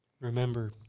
Remember